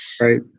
Right